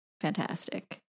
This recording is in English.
fantastic